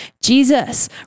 Jesus